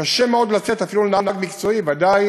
קשה מאוד לצאת, אפילו לנהג מקצועי, ודאי